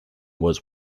was